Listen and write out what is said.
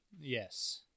Yes